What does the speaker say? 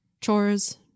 chores